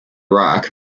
rock